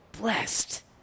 blessed